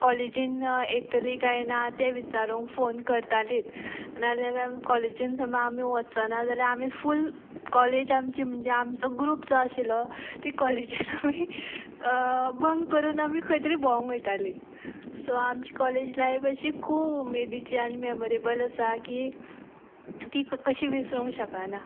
कॉलेजींत येतलीं कांय ना तें विचारूंक फोन करतालींच ना जाल्यार कॉलेजींत समज आमी वचनात जाल्यार आमी फूल कॉलेज आमची म्हणचे आमचो ग्रूप जो आशिल्लो ती कॉलेजींत आमी बंक करून आमी खंय तरी भोवंक वयतालीं सो आमची कॉलेज लायफ अशी खूब उमेदीची आनी मेमरेबल आसा की ती कशी विसरूंक शकना